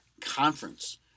conference